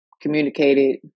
communicated